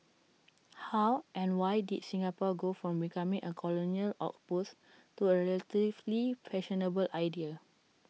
how and why did Singapore go from becoming A colonial outpost to A relatively fashionable idea